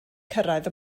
cyrraedd